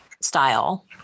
style